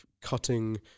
cutting